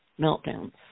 meltdowns